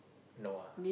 no ah